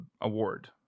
award